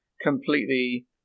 completely